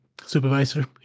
supervisor